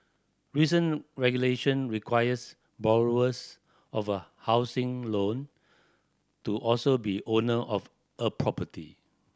recent regulation requires borrowers of a housing loan to also be owner of a property